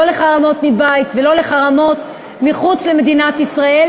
לא לחרמות מבית ולא לחרמות מחוץ למדינת ישראל,